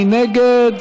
מי נגד?